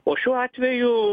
o šiuo atveju